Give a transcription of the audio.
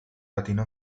latino